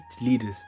leaders